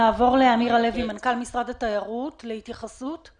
נעבור לאמיר הלוי, מנכ"ל משרד התיירות, להתייחסות.